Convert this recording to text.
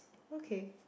okay